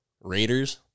Raiders